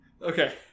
Okay